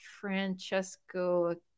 Francesco